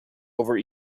over